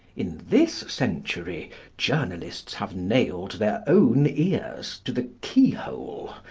in this century journalists have nailed their own ears to the keyhole.